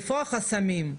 איפה החסמים,